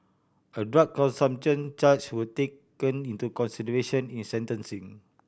a drug consumption charge was taken into consideration in sentencing